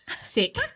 sick